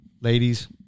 ladies